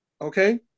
Okay